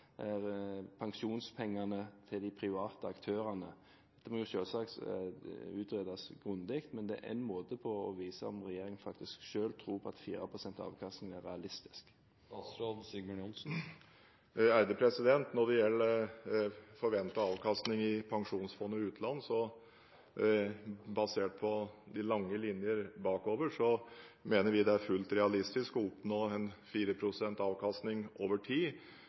pensjonspengene til de private aktørene? Det må jo selvsagt utredes grundig, men det er en måte for å vise om regjeringen faktisk selv tror på at 4 pst. avkastning er realistisk. Når det gjelder forventet avkastning i Statens pensjonsfond utland, så mener vi – basert på de lange linjer bakover – det er fullt realistisk å oppnå 4 pst. avkastning over tid.